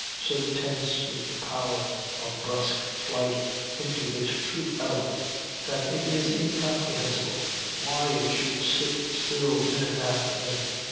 so tense with the power of brusque flight into its true element that it is incomprehensible why it should sit still minute after minute.